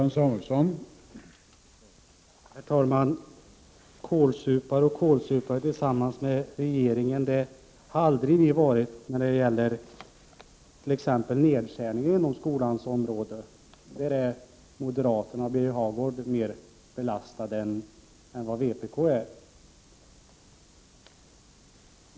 Herr talman! Vpk och regeringen har aldrig varit kålsupare när det t.ex. gäller nedskärningar inom skolans område. På den punkten är moderaterna och Birger Hagård mer belastade än vpk. Herr talman!